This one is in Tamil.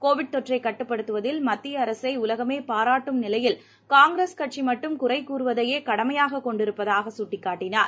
கோவிட் தொற்றைக் கட்டுப்படுத்துவதில் மத்திய அரசை உலகமே பாராட்டும் நிலையில் காங்கிரஸ் கட்சி மட்டும் குறைகூறுவதையே கடமையாக கொண்டிருப்பதாக சுட்டிக்காட்டினார்